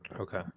Okay